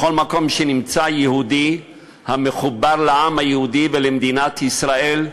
בכל מקום שנמצא יהודי המחובר לעם היהודי ולמדינת ישראל,